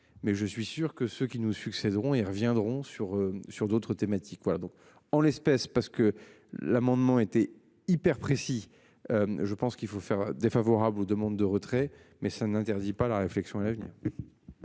mais je suis sûr que ceux qui nous succéderont ils reviendront sur sur d'autres thématiques. Voilà donc en l'espèce parce que l'amendement été hyper précis. Je pense qu'il faut faire défavorable aux demandes de retrait mais cela n'interdit pas la réflexion à l'avenir.